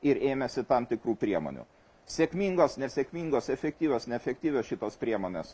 ir ėmęsi tam tikrų priemonių sėkmingos nesėkmingos efektyvios neefektyvios šitos priemonės